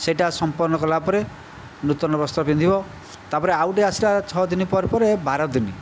ସେଇଟା ସମ୍ପନ୍ନ କଲା ପରେ ନୂତନ ବସ୍ତ୍ର ପିନ୍ଧିବ ତା'ପରେ ଆଉ ଗୋଟିଏ ଆସିଲା ଛଅ ଦିନ ପରେ ପରେ ବାର ଦିନ